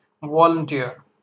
volunteer